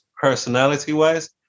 personality-wise